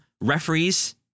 referees